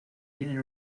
tienen